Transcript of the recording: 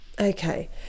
Okay